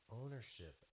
ownership